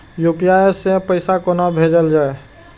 UPI सै पैसा कोना भैजल जाय?